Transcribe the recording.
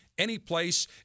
Anyplace